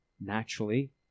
naturally